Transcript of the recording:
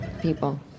people